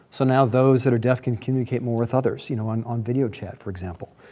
so now those that are deaf can communicate more with others, you know on on video chat, for example.